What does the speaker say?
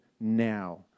now